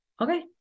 Okay